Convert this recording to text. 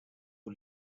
who